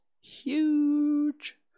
huge